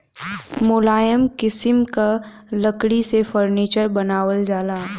मुलायम किसिम क लकड़ी से फर्नीचर बनावल जाला